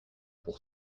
pour